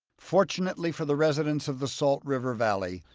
fortunately for the residents of the salt river valley,